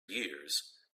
years